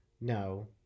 No